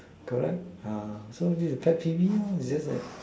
correct uh so this is pet peeve lor is just that